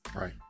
Right